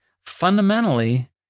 fundamentally